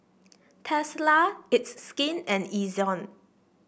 Tesla It's Skin and Ezion